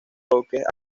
toques